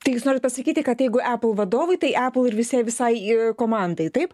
tai jūs norit pasakyti kad jeigu apple vadovui tai apple ir visi visai komandai taip